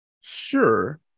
Sure